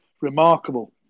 remarkable